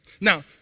Now